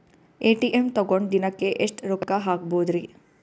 ATM ತಗೊಂಡ್ ದಿನಕ್ಕೆ ಎಷ್ಟ್ ರೊಕ್ಕ ಹಾಕ್ಬೊದ್ರಿ?